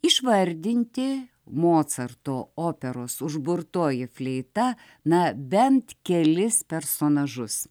išvardinti mocarto operos užburtoji fleita na bent kelis personažus